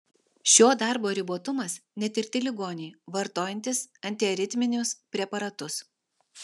šio darbo ribotumas netirti ligoniai vartojantys antiaritminius preparatus